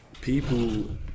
People